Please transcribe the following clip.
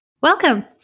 Welcome